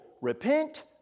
Repent